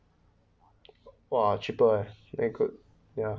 !wah! cheaper eh compare to ya